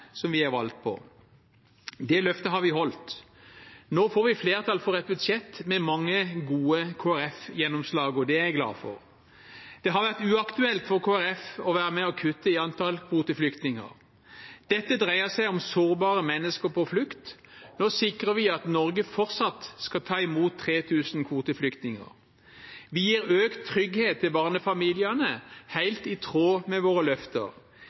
vi er valgt på. Det løftet har vi holdt. Nå får vi flertall for et budsjett med mange gode Kristelig Folkeparti-gjennomslag, og det er jeg glad for. Det har vært uaktuelt for Kristelig Folkeparti å være med og kutte i antall kvoteflyktninger. Dette dreier seg om sårbare mennesker på flukt. Nå sikrer vi at Norge fortsatt skal ta imot 3 000 kvoteflyktninger. Vi gir økt trygghet til barnefamiliene, helt i tråd med våre løfter.